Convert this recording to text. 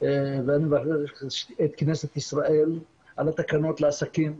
ואני מברך את כנסת ישראל על התקנות לעסקים,